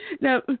Now